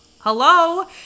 hello